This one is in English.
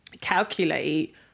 calculate